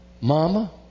mama